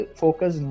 focus